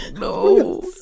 No